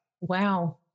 Wow